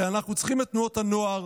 הרי אנחנו צריכים את תנועות הנוער